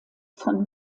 von